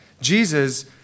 Jesus